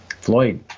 Floyd